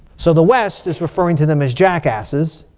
so the west is referring to them as jackasses,